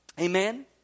Amen